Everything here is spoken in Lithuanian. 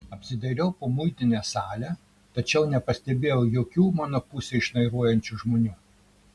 apsidairiau po muitinės salę tačiau nepastebėjau jokių mano pusėn šnairuojančių žmonių